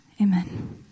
amen